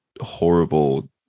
horrible